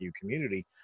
community